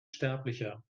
sterblicher